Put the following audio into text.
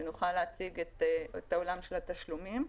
שנוכל להציג את העולם של התשלומים.